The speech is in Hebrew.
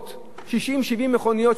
60 70 מכוניות שעלו לכביש